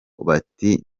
bati